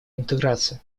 интеграция